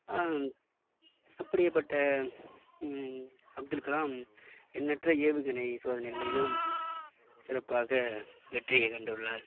அப்டியாக பட்ட அப்துல் கலாம் எண்ணற்ற ஏவுகணை சோதனைகளிலும் சிறப்பாக வெற்றியை கண்டுள்ளார்